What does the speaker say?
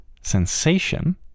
sensation